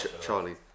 Charlie